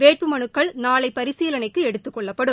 வேட்புமனுக்கள் நாளை பரிசீலனைக்கு எடுத்துக் கொள்ளப்படும்